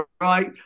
right